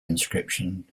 inscription